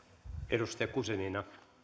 arvoisa puhemies